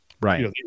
Right